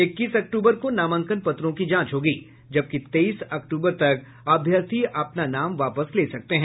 इक्कीस अक्टूबर को नामांकन पत्रों की जांच होगी जबकि तेईस अक्टूबर तक अभ्यर्थी अपना नाम वापस ले सकते हैं